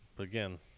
again